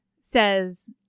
says